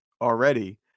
already